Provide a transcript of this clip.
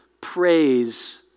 praise